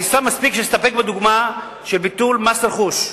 אני מסתפק בדוגמה של ביטול מס רכוש,